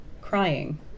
crying